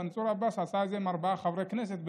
מנסור עבאס עשה את זה עם ארבעה חברי כנסת,